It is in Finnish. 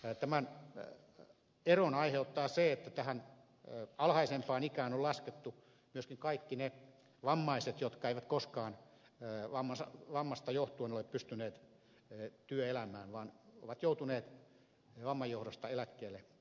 tämän eron aiheuttaa se että tähän alhaisempaan ikään on laskettu myöskin kaikki ne vammaiset jotka eivät koskaan vammasta johtuen ole pystyneet työelämään vaan ovat joutuneet vamman johdosta eläkkeelle heti nuorena